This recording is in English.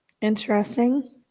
Interesting